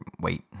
wait